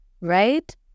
right